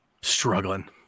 struggling